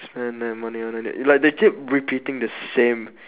spend the money on it like they keep repeating the same